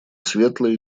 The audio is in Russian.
светлые